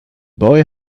boy